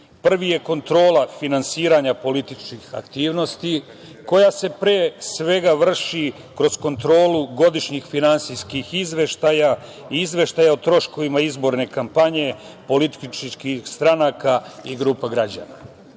Prvi je kontrola finansiranja političkih aktivnosti, koja se pre svega vrši kroz kontrolu godišnjih finansijskih izveštaja i izveštaja o troškovima izborne kampanje, političkih stranaka i grupa građana. Mi